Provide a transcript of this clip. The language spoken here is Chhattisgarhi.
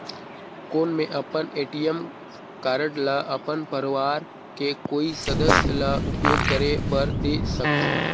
कौन मैं अपन ए.टी.एम कारड ल अपन परवार के कोई सदस्य ल उपयोग करे बर दे सकथव?